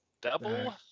Double